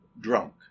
drunk